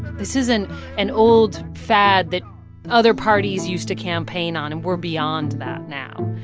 this is an and old fad that other parties used to campaign on, and we're beyond that now.